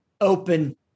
Open